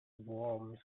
worms